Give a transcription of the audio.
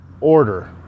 order